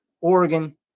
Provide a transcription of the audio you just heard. Oregon